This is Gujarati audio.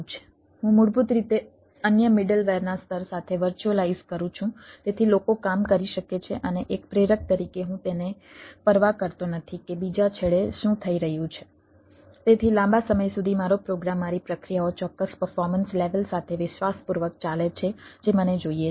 હું મૂળભૂત રીતે અન્ય મિડલવેર સાથે વિશ્વાસપૂર્વક ચાલે છે જે મને જોઈએ છે